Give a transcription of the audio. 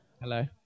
Hello